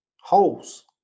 holes